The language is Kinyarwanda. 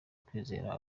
kwizera